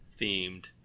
themed